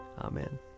Amen